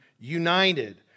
United